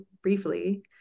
briefly